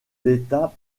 l’état